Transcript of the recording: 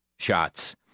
shots